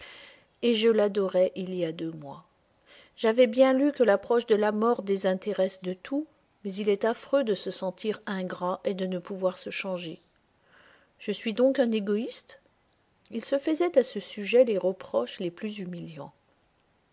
et je l'adorais il y a deux mois j'avais bien lu que l'approche de la mort désintéresse de tout mais il est affreux de se sentir ingrat et de ne pouvoir se changer je suis donc un égoïste il se faisait à ce sujet les reproches les plus humiliants